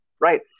Right